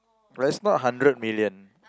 but it's not hundred million